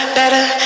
better